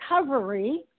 recovery